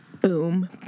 Boom